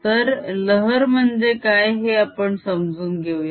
तर लहर म्हणजे काय हे आपण समजून घेऊया